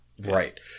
Right